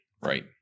Right